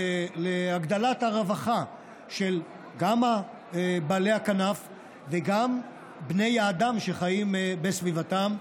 להגדלת הרווחה גם של בעלי הכנף וגם של בני האדם שחיים בסביבתם,